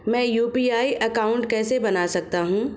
मैं UPI account कैसे बना सकता हूं?